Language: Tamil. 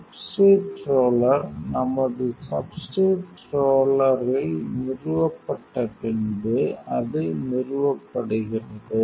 சப்ஸ்ட்ரேட் ரோலர் நமது சப்ஸ்ட்ரேட் ரோலர்ரில் நிறுவப்பட்ட பின்பு அது நிறுவப்ப்படுகிறது